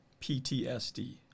PTSD